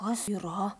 kas yra